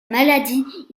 maladie